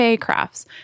crafts